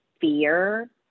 Fear